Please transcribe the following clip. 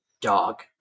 dog